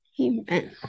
Amen